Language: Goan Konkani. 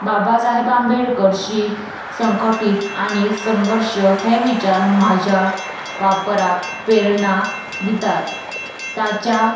बाबा साहेब आंबेडकरशीक संकटीत आनी संघर्श हे विचार म्हाज्या वापराक पेरणा दितात ताच्या